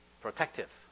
protective